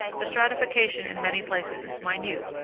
the stratification in many places is minute,